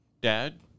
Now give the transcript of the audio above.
Dad